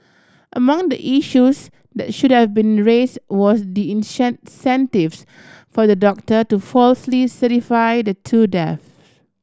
among the issues that should have been raise was the for the doctor to falsely certify the two death